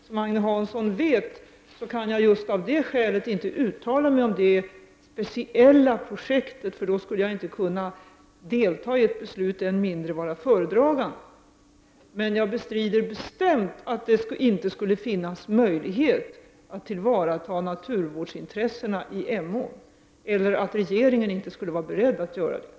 Som Agne Hansson vet, kan jag av just det skälet inte uttala mig om det speciella projektet, eftersom jag då inte skulle kunna delta i ett beslut och än mindre vara föredragande. Jag bestrider bestämt att det inte finns möjlighet att tillvarata naturvårdsintressena i Emån och att regeringen inte skulle vara beredd att göra detta.